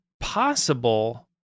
possible